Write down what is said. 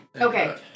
Okay